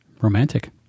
Romantic